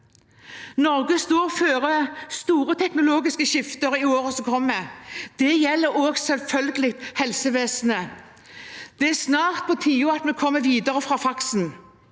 Norge står overfor store teknologiske skifter i årene som kommer. Det gjelder selvfølgelig også helsevesenet. Det er snart på tide at vi kommer videre fra faksen,